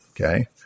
okay